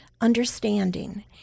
understanding